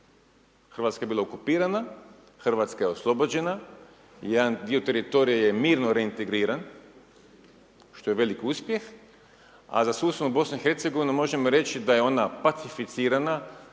Hrvatska je bila okupirana, Hrvatska je oslobođena, jedan dio teritorija je mirno reintegriran što je veliki uspjeh a za susjednu BiH možemo reći je ona pacificirana